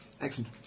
Excellent